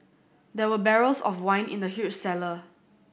there were barrels of wine in the huge cellar